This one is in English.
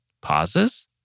pauses